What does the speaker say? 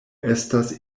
estas